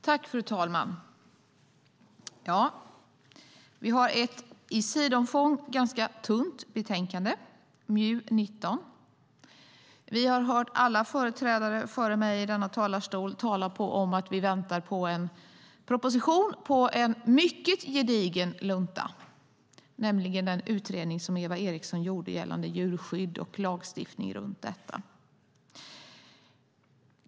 Fru talman! Vi har ett i sidomfång ganska tunt betänkande, MJU19. Vi har hört alla företrädare före mig i denna talarstol tala om att vi väntar på en proposition på en mycket gedigen lunta, nämligen den utredning som Eva Eriksson gjorde gällande djurskydd och lagstiftning runt detta.